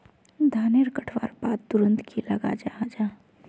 धानेर कटवार बाद तुरंत की लगा जाहा जाहा?